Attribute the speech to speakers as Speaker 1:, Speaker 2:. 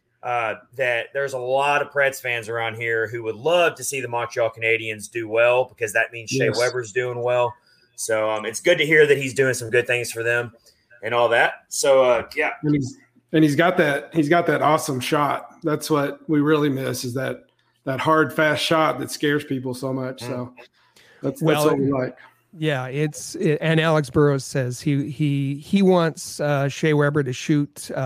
Speaker 1: uh, that there's a lot of Preds fans around here who would love to see the Montreal Canadiens do well because that means Shea
Speaker 2: Yes.
Speaker 1: Weber's doing well. So, um, it's good to hear that he's doing some good things for them and all that. So, uh, yeah.
Speaker 2: And he's- and he's got that- he's got that awesome shot. That's what we really miss is that- that hard, fast shot that scares people so much.
Speaker 1: Mhm.
Speaker 2: So that's- that's
Speaker 3: Well,
Speaker 2: what we like.
Speaker 3: yeah, it's- it- and Alex Burrows says he- he- he wants, uh, Shea Weber to shoot, uh,